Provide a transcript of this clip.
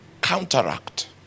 counteract